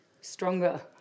stronger